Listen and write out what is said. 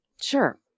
Sure